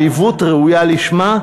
עליבות ראויה לשמה,